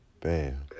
Bam